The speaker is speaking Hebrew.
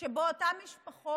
שבו אותן משפחות,